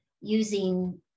using